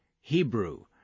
Hebrew